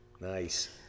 Nice